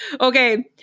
Okay